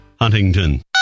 Huntington